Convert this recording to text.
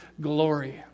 glory